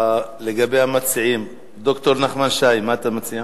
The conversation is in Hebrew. לגבי המציעים, ד"ר נחמן שי, מה אתה מציע?